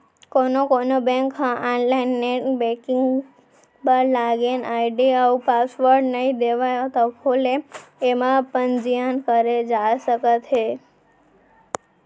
कोनो कोनो बेंक ह आनलाइन नेट बेंकिंग बर लागिन आईडी अउ पासवर्ड नइ देवय तभो ले एमा पंजीयन करे जा सकत हे